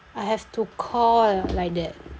I have to call ah like that